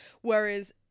whereas